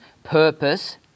Purpose